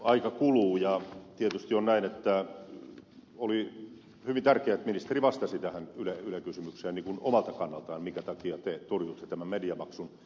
aika kuluu ja tietysti on näin että oli hyvin tärkeää että ministeri vastasi tähän yle kysymykseen omalta kannaltaan minkä takia te torjuitte tämän mediamaksun